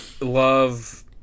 love